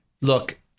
Look